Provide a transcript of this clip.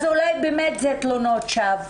אז אולי באמת אלה תלונות שווא.